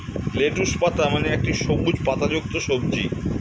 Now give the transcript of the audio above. lettuce পাতা মানে একটি সবুজ পাতাযুক্ত সবজি